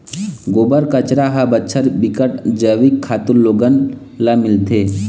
गोबर, कचरा हर बछर बिकट जइविक खातू लोगन ल मिलथे